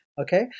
okay